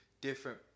different